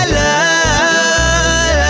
love